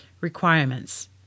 requirements